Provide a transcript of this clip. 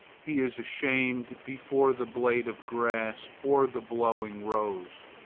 he is ashamed before the blade of grass or the blowing rose.